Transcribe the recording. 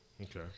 Okay